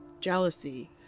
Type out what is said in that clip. jealousy